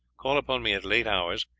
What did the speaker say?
call upon me at late hours,